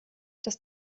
das